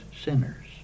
sinners